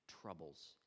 troubles